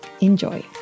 enjoy